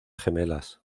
gemelas